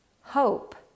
hope